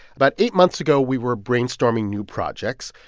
about eight months ago, we were brainstorming new projects.